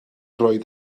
roedd